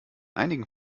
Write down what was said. einigen